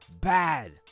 bad